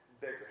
bigger